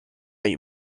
you